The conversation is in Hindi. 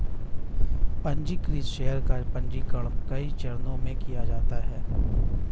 पन्जीकृत शेयर का पन्जीकरण कई चरणों में किया जाता है